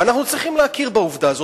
ואנחנו צריכים להכיר בעובדה הזאת.